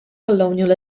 colonial